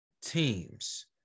teams